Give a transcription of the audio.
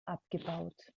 abgebaut